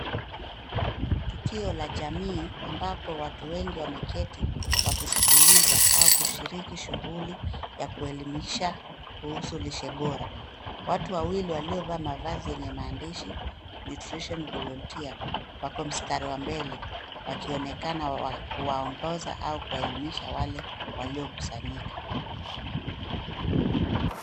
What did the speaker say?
Tukio la jamii ambapo watu wengi wameketi wakisikiliza au kushiriki shughuli ya kuelimisha kuhusu lishe bora. Watu wawili waliovaa mavazi yenye maandishi nutrition volunteer wako mstari wa mbele wakionekana kuwaongoza au kuwaelimisha wale waliokusanyika.